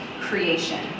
creation